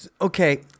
Okay